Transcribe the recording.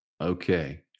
Okay